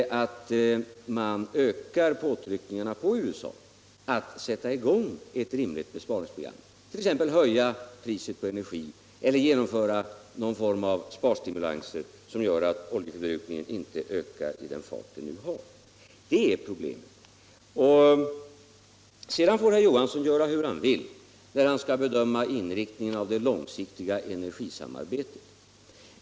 Jag hoppas att påtryckningarna på USA ökar för att man där skall sätta i gång ett rimligt besparingsprogram, t.ex. genom att höja priset på energi eller genomföra någon form av sparstimulanser som gör att oljeförbrukningen inte ökar i samma fart som f.n. Det är problemet. Sedan får herr Johansson göra hur han vill när han skall bedöma inriktningen av det långsiktiga energisamarbetet.